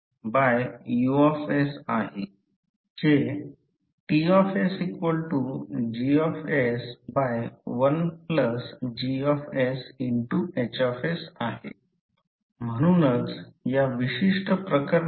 तर याचा जरी या अभ्यासक्रमासाठी तपशीलवार अभ्यास करणार नाही फक्त फ्लक्स डेन्सिटी एकसमान नाही याची कल्पना देण्यासाठी या फ्रिंज इफेक्टीव एरियामुळे एक इफेक्टीव एअर कमी होत आहे म्हणून याला फ्रिंजिंग म्हणतात